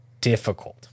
difficult